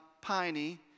piney